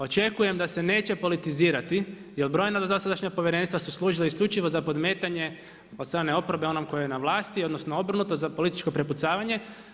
Očekujem da se neće politizirati, jer brojna dosadašnja povjerenstva su služili isključivo za podmetanje, od strane oporbe onom koji je na vlasti, odnosno, obrnuto za političko prepucavanje.